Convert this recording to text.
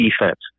defense